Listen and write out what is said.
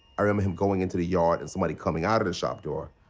i remember going into the yard and somebody coming out of the shop door,